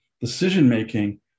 decision-making